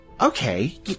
okay